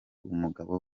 umugabo